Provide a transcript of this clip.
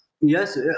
yes